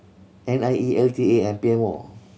N I E L T A and P M O